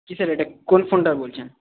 কিসের এটা কোন ফোনটার বলছেন